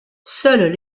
seules